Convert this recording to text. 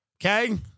Okay